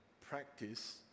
practice